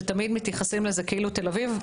שתמיד מתייחסים לזה כאילו תל אביב,